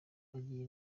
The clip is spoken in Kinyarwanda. bagira